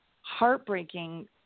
heartbreaking